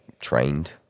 trained